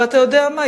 ואתה יודע מה?